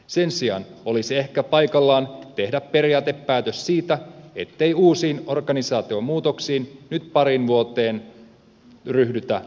sen sijaan olisi ehkä paikallaan tehdä periaatepäätös siitä ettei uusiin organisaatiomuutoksiin nyt pariin vuoteen ryhdytä aktiivisesti